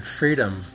freedom